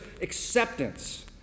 acceptance